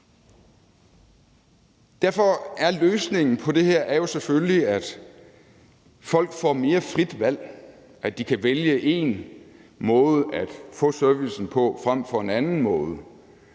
Derfor er løsningen på det her selvfølgelig, at folk får mere frit valg – at de kan vælge én måde at få servicen på frem for en anden måde,